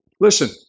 Listen